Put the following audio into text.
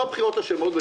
לא הבחירות אשמות.